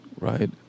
right